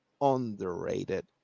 underrated